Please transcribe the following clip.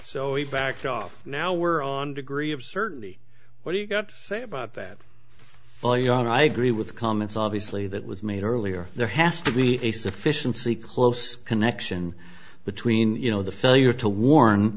so he backed off now we're on degree of certainty what do you got to say about that well ya know i agree with the comments obviously that was made earlier there has to be a sufficiency close connection between you know the failure to warn